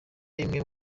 imwe